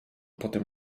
potem